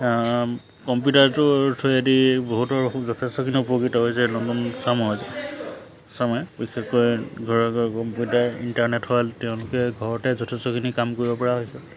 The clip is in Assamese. কম্পিউটাৰটো থৈ বহুতৰ যথেষ্টখিনি উপকৃত হৈছে নতুন চামৰ চামে বিশেষকৈ ঘৰে ঘৰে কম্পিউটাৰ ইণ্টাৰনেট হোৱাত তেওঁলোকে ঘৰতে যথেষ্টখিনি কাম কৰিব পৰা হৈছে